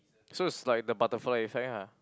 so it's like the butterfly effect ah